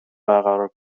برقرار